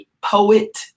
poet